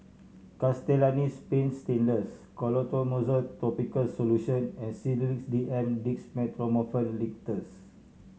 Castellani's Paint Stainless Clotrimozole Topical Solution and Sedilix D M Dextromethorphan Linctus